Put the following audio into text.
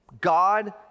God